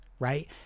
Right